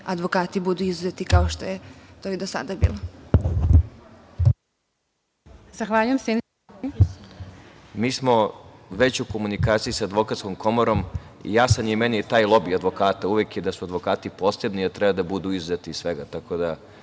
advokati budu izuzeti, kao što je to i do sada bilo.